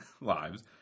lives